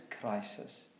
crisis